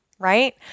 right